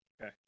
Okay